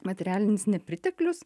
materialinis nepriteklius